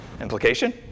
Implication